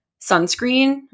sunscreen